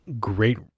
great